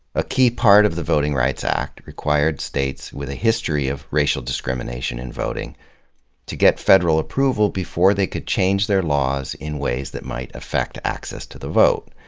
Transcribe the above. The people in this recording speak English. a key part of the voting rights act required states with a history of racial discrimination in voting to get federal approval before they could change their laws in ways that might affect access to the vote.